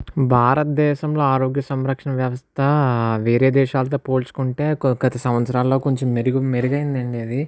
భారతదేశంలో ఆరోగ్యసంరక్షణ వ్యవస్థ వేరే దేశాలతో పోల్చుకుంటే క గత సంవత్సరాలలో మెరుగు మెరుగైనది అండి అది